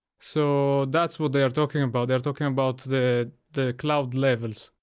so that's what they are talking about. they're talking about the the cloud levels.